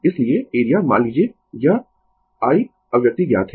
इसलिए एरिया मान लीजिए यह I अभिव्यक्ति ज्ञात है